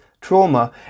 trauma